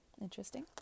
interesting